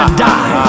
die